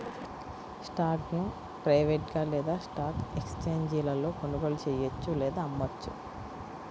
స్టాక్ను ప్రైవేట్గా లేదా స్టాక్ ఎక్స్ఛేంజీలలో కొనుగోలు చెయ్యొచ్చు లేదా అమ్మొచ్చు